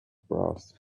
brass